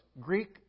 Greek